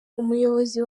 umuyobozi